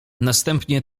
następnie